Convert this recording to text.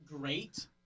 great